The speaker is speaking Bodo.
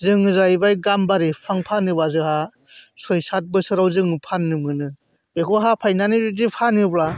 जोङो जाहैबाय गाम्बारि बिफां फानोब्ला जोंहा सय साथ बोसोराव जोङो फाननो मोनो बेखौ हाफायनानै जुदि फानोब्ला